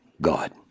God